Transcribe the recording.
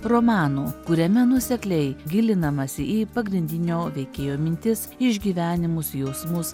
romanų kuriame nuosekliai gilinamasi į pagrindinio veikėjo mintis išgyvenimus jausmus